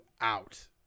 out